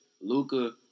Luca